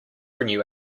renew